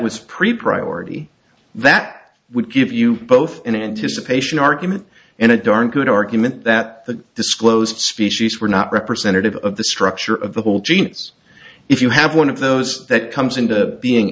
was pre primary that would give you both an anticipation argument and a darned good argument that the disclosed species were not representative of the structure of the whole genes if you have one of those that comes into being